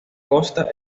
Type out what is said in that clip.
costa